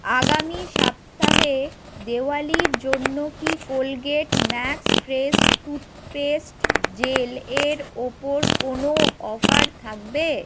আগামী সাপ্তাহে দীপাবলির জন্য কি Colgate Max Fresh toothpaste gel এর ওপর কোনো অফার থাকবে